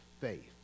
faith